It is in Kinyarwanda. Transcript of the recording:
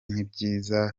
n’ibyiza